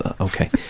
okay